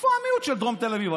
איפה המיעוט של דרום תל אביב?